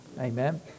Amen